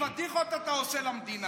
פדיחות אתה עושה למדינה.